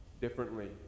differently